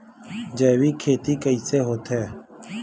जैविक खेती कइसे होथे?